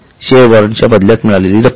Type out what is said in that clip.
share वॉरंटच्या बदल्यात मिळालेली रक्कम